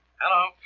Hello